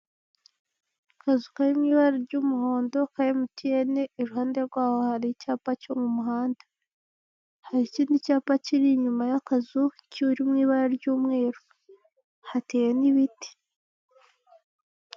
Akazu kari mu ibara ry'umuhondo ka emutiyene, iruhande rwaho hari icyapa cyo mu muhanda, hari ikindi cyapa kiri inyuma y'akazu kiri mu ibara ry'umweru hateyemo ibiti.